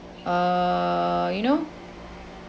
uh you know